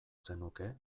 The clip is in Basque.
zenuke